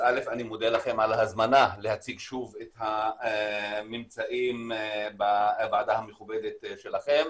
אז אני מודה לכם על ההזמנה להציג שוב את הממצאים בוועדה המכובדת שלכם.